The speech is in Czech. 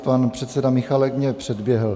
Pan předseda Michálek mě předběhl.